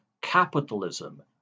Capitalism